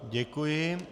Děkuji.